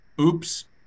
oops